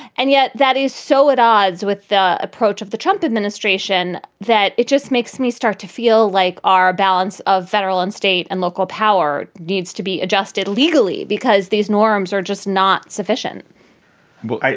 and yet that is so at odds with the approach of the trump administration that it just makes me start to feel like our balance of federal and state and local power needs to be adjusted legally because these norms are just not sufficient well,